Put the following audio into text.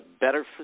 better